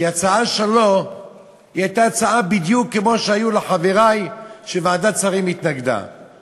כי ההצעה שלו הייתה בדיוק כמו ההצעה של חברי שוועדת השרים התנגדה לה.